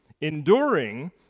enduring